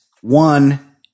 One